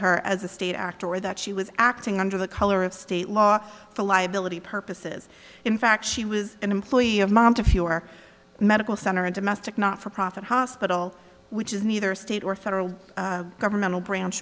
her as a state actor or that she was acting under the color of state law for liability purposes in fact she was an employee of montefiore medical center a domestic not for profit hospital which is neither state or federal governmental branch